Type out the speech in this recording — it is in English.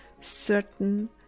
certain